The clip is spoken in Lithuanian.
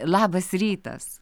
labas rytas